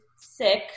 sick